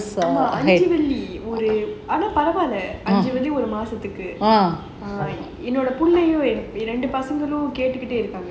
ஆனா பரவால்லா அஞ்சு வாட்டி ஒரு மாசத்துக்கு என்னோட புள்ளையும் ரெண்டு பசங்களும் கேட்டுகிட்டே இருக்காங்க:aanaa paravaailla anju vaatti maasathuku ennoda pullayum rendu pasangalum kettukittae irukkaanga